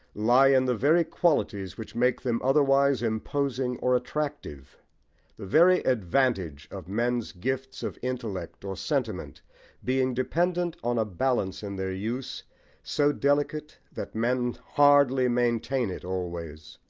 lie in the very qualities which make them otherwise imposing or attractive the very advantage of men's gifts of intellect or sentiment being dependent on a balance in their use so delicate that men hardly maintain it always.